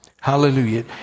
Hallelujah